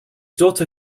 daughter